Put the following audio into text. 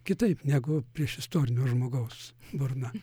kitaip negu priešistorinio žmogaus burna